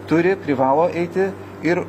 turi privalo eiti ir